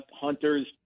Hunter's